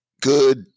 Good